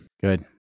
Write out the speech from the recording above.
good